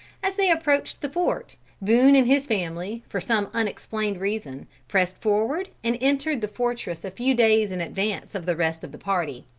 as they approached the fort, boone and his family, for some unexplained reason, pressed forward, and entered the fortress a few days in advance of the rest of the party.